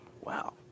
Wow